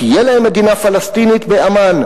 תהיה להם מדינה פלסטינית בעמאן.